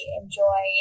enjoy